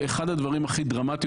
וזה אחד מהדברים הכי דרמטיים,